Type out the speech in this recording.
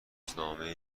روزنامه